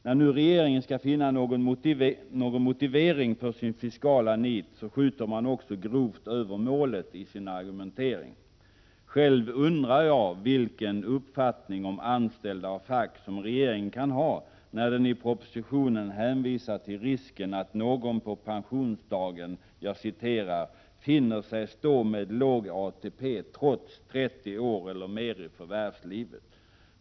När regeringen nu skall försöka finna någon motivering för sitt fiskala nit skjuter den också grovt över målet i sin argumentering. Själv undrar jag vilken uppfattning om anställda och fack som regeringen kan ha när den i propositionen hänvisar till risken att någon på pensionsdagen finner sig stå med låg ATP trots 30 år eller mer i förvärvslivet.